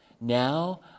Now